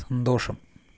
സന്തോഷം